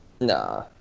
Nah